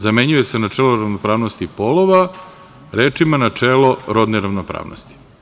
Zamenjuje se – načelo rodne ravnopravnosti polova rečima – načelo rodne ravnopravnosti.